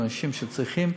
לאנשים שצריכים,